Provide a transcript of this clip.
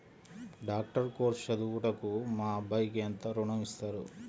Doctor course చదువుటకు మా అబ్బాయికి ఎంత ఋణం ఇస్తారు?